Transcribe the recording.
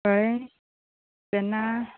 कळ्ळे जेन्ना